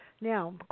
Now